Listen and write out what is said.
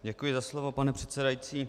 Děkuji za slovo, pane předsedající.